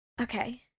Okay